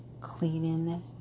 cleaning